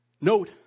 Note